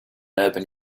urban